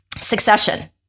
Succession